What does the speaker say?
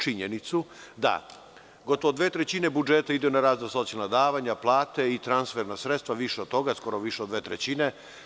Činjenica je da gotovo dve trećine budžeta ide na razna socijalna davanja, plate i transferna sredstva, više od toga, skoro više od dve trećine.